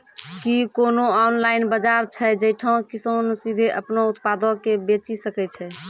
कि कोनो ऑनलाइन बजार छै जैठां किसान सीधे अपनो उत्पादो के बेची सकै छै?